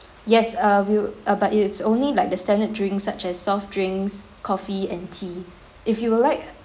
yes uh we'll about it is only like the standard drinks such as soft drinks coffee and tea if you would like